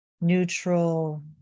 neutral